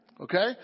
Okay